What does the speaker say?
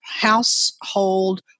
Household